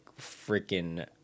freaking